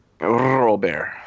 Robert